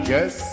Yes